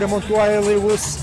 remontuoja laivus